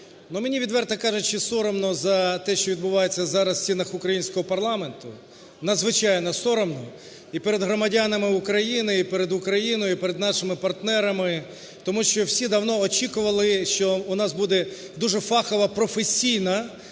мені, відверто кажучи, соромно за те, що відбувається зараз в стінах українського парламенту. Надзвичайно соромно і перед громадянами України, і перед Україною, і перед нашими партнерами, тому що всі давно очікували, що у нас буде дуже фахова, професійна